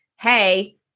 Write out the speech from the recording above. hey